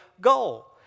goal